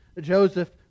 Joseph